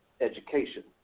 education